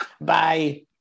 Bye